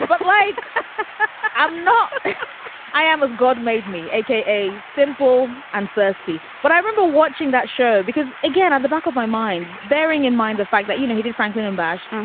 but like i know i am as god made me a k a. a simple and thirsty. but i remember watching that show because again, on the back of my mind, bearing in mind the fact that, you know, he did franklin and bash.